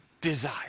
desire